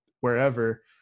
wherever